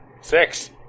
six